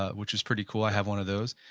ah which is pretty cool. i have one of those,